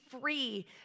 free